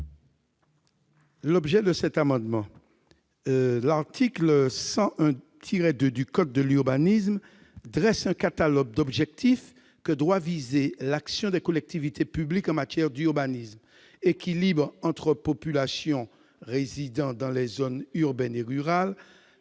à M. Maurice Antiste. L'article L. 101-2 du code de l'urbanisme dresse un catalogue d'objectifs que doit viser l'action des collectivités publiques en matière d'urbanisme : équilibre entre populations résidant dans les zones urbaines et rurales,